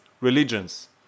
religions